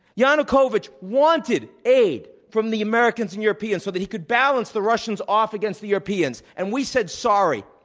yanukovych wanted aid from the americans and europeans so that he could balance the russians off against the europeans. and we said, sorry,